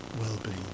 well-being